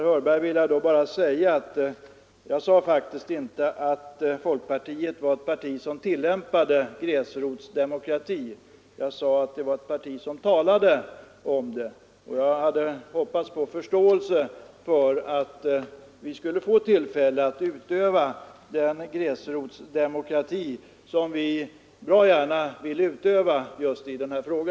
Herr talman! Jag sade faktiskt inte att folkpartiet var ett parti som tillämpade gräsrotsdemokrati — jag sade att partiet talade om det. Jag hade hoppats på förståelse för synpunkten att vi bör få tillfälle att utöva den gräsrotsdemokrati som vi gärna vill ha i denna fråga.